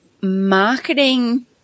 marketing